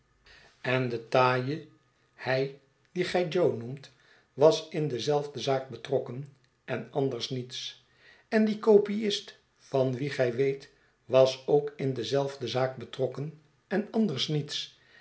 en de taaie hij dien gij jo noemt was in dezelfde zaak betrokken en anders niets en die kopiist van wien gij weet was ook in dezelfde zaak betrokken en anders niets